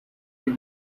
will